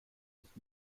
nicht